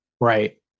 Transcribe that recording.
Right